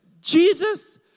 jesus